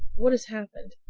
what has happened?